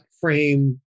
frame